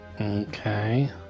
Okay